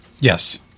Yes